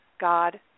God